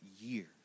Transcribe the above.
years